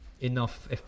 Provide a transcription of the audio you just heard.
enough